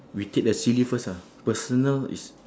we take the silly first ah personal is